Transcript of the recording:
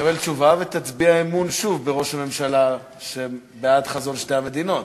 תקבל תשובה ותצביע אמון שוב בראש הממשלה שבעד חזון שתי המדינות.